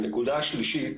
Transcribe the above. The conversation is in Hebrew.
הנקודה השלישית